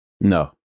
No